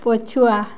ପଛୁଆ